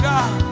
God